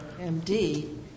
MD